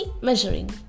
measuring